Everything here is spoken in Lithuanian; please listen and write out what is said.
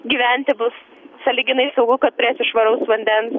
gyventi bus sąlyginai saugu kad turėsiu švaraus vandens